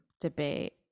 debate